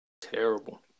Terrible